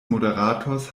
moderators